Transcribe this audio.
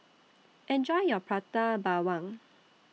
Enjoy your Prata Bawang